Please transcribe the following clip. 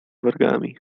wargami